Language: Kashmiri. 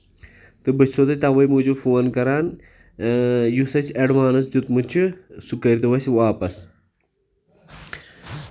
تہٕ بہٕ چھُ سو تۄہہِ تَوے موٗجوٗب فون کران یُس اَسہِ ایڈوانٕس دیٚتمُت چھُ سُہ کٔرتو اَسہِ واپَس